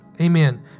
Amen